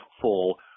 full